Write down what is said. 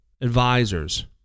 advisors